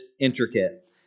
intricate